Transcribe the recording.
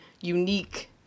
unique